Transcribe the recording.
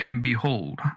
Behold